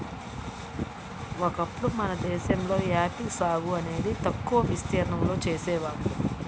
ఒకప్పుడు మన దేశంలో ఆపిల్ సాగు అనేది తక్కువ విస్తీర్ణంలో చేసేవాళ్ళు